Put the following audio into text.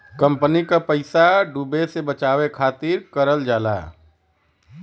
company क पइसा डूबे से बचावे खातिर करल जाला